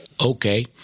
okay